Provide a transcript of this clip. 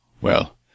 Well